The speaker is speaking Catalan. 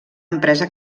empresa